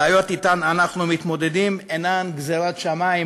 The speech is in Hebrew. הבעיות שאתן אנחנו מתמודדים אינן גזירת שמים,